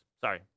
Sorry